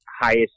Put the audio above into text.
highest